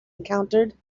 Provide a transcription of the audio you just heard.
encountered